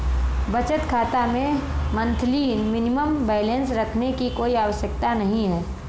बचत खाता में मंथली मिनिमम बैलेंस रखने की कोई आवश्यकता नहीं है